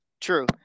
true